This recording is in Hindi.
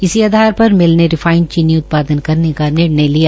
इसी अवसर पर मिल ने रिफाइंड चीनी उत्पादन करने का निर्णय लिया